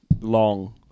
Long